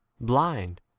blind